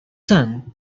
son